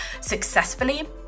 successfully